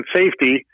safety